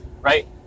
right